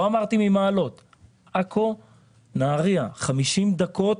מעכו לנהריה 50 דקות,